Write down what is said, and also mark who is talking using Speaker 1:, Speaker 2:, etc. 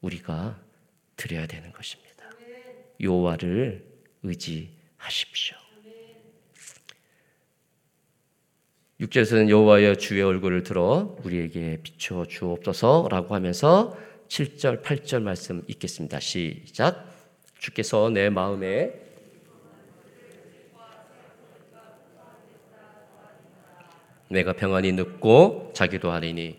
Speaker 1: 우리가 드려야 되는 것입니다.
Speaker 2: 아멘.
Speaker 1: 여호와를 의지하십시오.
Speaker 2: 아멘.
Speaker 1: 육 절에서는 여호와여 주의 얼굴을 들어 우리에게 비춰 주옵소서라고 하면서 칠 절, 팔 절 말씀 읽겠습니다. 시작. 주께서 내 마음에 내가 평안히 눕고 자기도 하리니